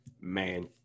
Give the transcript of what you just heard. Man